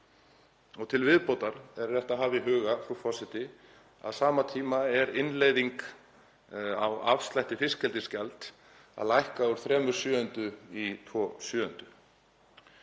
Til viðbótar er rétt að hafa í huga, frú forseti, að á sama tíma er innleiðing á afslætti fiskeldisgjalds að lækka úr 3/7 í 2/7.